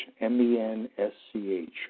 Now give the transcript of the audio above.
M-E-N-S-C-H